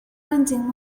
lending